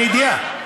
מידיעה.